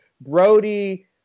Brody